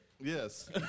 Yes